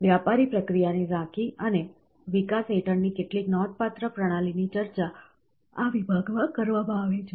વ્યાપારી પ્રક્રિયાની ઝાંખી અને વિકાસ હેઠળની કેટલીક નોંધપાત્ર પ્રણાલીની ચર્ચા આ વિભાગમાં કરવામાં આવી છે